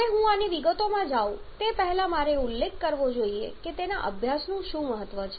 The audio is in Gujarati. હવે હું આની વિગતોમાં જાઉં તે પહેલાં મારે એ ઉલ્લેખ કરવો જોઈએ કે તેના અભ્યાસનું શું મહત્વ છે